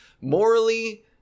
morally